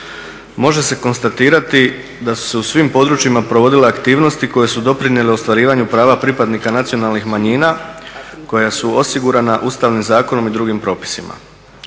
može se konstatirati da su se u svim područjima provodile aktivnosti koje su doprinijele ostvarivanju prava pripadnika nacionalnih manjina koja su osigurana Ustavnim zakonom i drugim propisima.